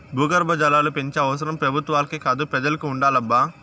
భూగర్భ జలాలు పెంచే అవసరం పెబుత్వాలకే కాదు పెజలకి ఉండాలబ్బా